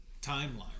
timeline